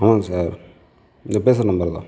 ஆமாங்க சார் நீங்கள் பேசுகிற நம்பர் தான்